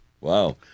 wow